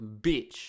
bitch